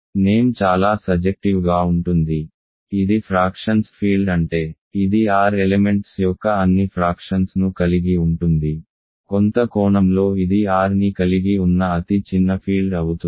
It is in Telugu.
నేమ్ చాలా సజెక్టివ్ గా ఉంటుంది ఇది ఫ్రాక్షన్స్ ఫీల్డ్ అంటే ఇది R ఎలెమెంట్స్ యొక్క అన్ని ఫ్రాక్షన్స్ ను కలిగి ఉంటుంది కొంత కోణంలో ఇది R ని కలిగి ఉన్న అతి చిన్న ఫీల్డ్ అవుతుంది